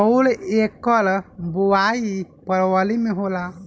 अउर एकर बोवाई फरबरी मे होला